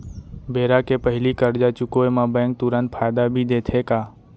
बेरा के पहिली करजा चुकोय म बैंक तुरंत फायदा भी देथे का?